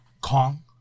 Kong